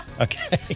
Okay